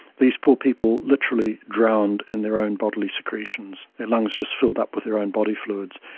these poor people literally drowned in their own bodily secretions. their lungs just filled up with their own body fluids,